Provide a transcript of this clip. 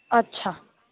अच्छा